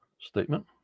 statement